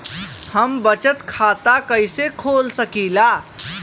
हम बचत खाता कईसे खोल सकिला?